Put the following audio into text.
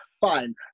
Fine